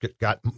got